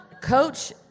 coach